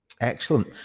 Excellent